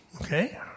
okay